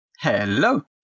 Hello